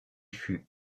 fut